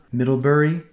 Middlebury